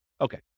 Okay